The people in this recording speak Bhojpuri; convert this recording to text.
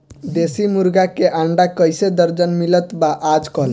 देशी मुर्गी के अंडा कइसे दर्जन मिलत बा आज कल?